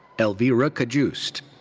elvire ah cajuste.